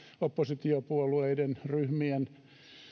oppositiopuolueiden ryhmien